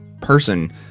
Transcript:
person